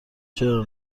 چرا